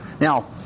now